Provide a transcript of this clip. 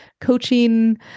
coaching